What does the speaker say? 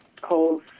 Cold